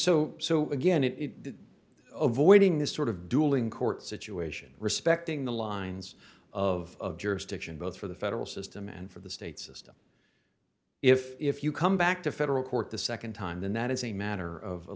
so so again it oh voiding this sort of dueling court situation respecting the lines of jurisdiction both for the federal system and for the state system if if you come back to federal court the nd time then that is a matter of